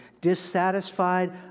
dissatisfied